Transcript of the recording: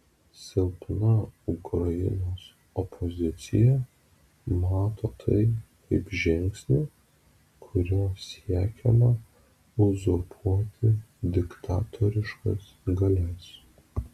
silpna ukrainos opozicija mato tai kaip žingsnį kuriuo siekiama uzurpuoti diktatoriškas galias